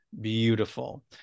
beautiful